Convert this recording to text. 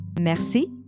Merci